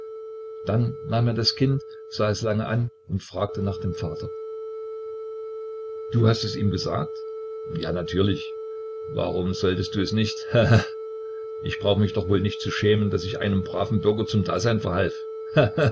dann nahm er das kind sah es lange an und fragte nach dem vater du hast es ihm gesagt ja natürlich warum solltest du es nicht he he ich brauch mich doch wohl nicht zu schämen daß ich einem braven bürger zum dasein verhalf